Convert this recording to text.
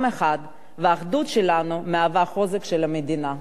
אחד והאחדות שלנו מהווה חוזק של המדינה.